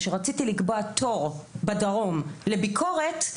כשרציתי לקבוע תור בדרום לאורתופד לביקורת,